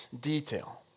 detail